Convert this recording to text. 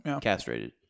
castrated